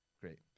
great